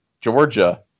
Georgia